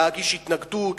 להגיש התנגדות,